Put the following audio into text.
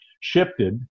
shifted